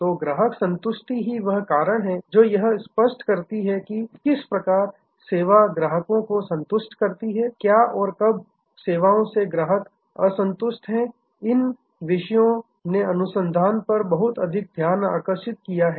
तो ग्राहक संतुष्टि ही वह कारण है जो यह स्पष्ट करती है कि किस प्रकार सेवा ग्राहकों को संतुष्ट कर सकती है क्यों और कब सेवाओं से ग्राहक असंतुष्ट हैं इन विषयों ने अनुसंधान पर बहुत अधिक ध्यान आकर्षित किया है